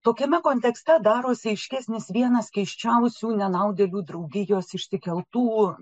tokiame kontekste darosi aiškesnis vienas keisčiausių nenaudėlių draugijos išsikeltų